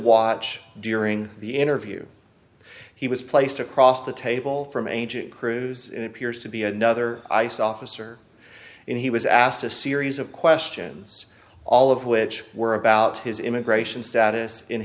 watch during the interview he was placed across the table from angel cruz appears to be another ice officer and he was asked a series of questions all of which were about his immigration status in